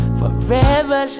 forever